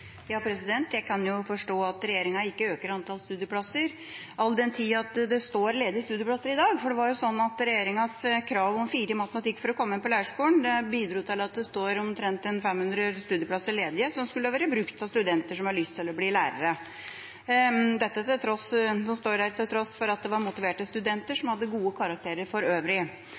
Jeg kan jo forstå at regjeringa ikke øker antallet studieplasser all den tid det står ledige studieplasser i dag. Regjeringas krav om 4 i matematikk for å komme inn på lærerskolen bidro til at det står omtrent 500 studieplasser ledige, som skulle ha vært brukt av studenter som har lyst til å bli lærere – dette til tross for at det var motiverte studenter som hadde gode karakterer for øvrig.